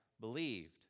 believed